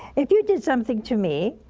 if you did something to me